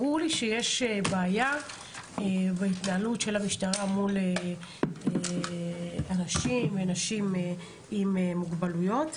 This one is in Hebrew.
ברור לי שיש בעיה בהתנהלות של המשטרה מול אנשים ונשים עם מוגבלויות,